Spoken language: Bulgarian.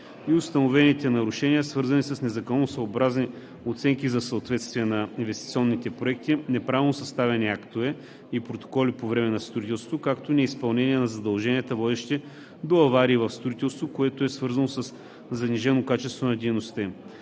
и установените нарушения, свързани с незаконосъобразни оценки за съответствие на инвестиционните проекти, неправилно съставени актове и протоколи по време на строителството, както и неизпълнение на задълженията, водещи до аварии в строителството, което е свързано със занижено качество на дейността